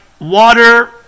water